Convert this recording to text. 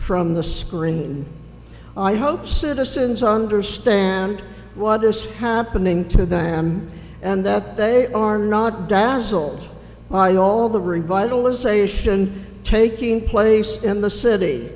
from the screen i hope citizens understand what is happening to them and that they are not dazzled by by all the revitalization taking place in the city